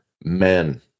men